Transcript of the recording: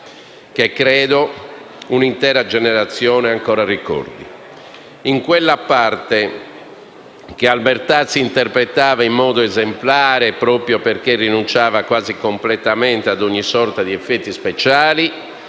che credo un'intera generazione ancora ricordi. In quella parte che Albertazzi interpretava in modo esemplare, proprio perché rinunciava quasi completamente a ogni sorta di effetti speciali,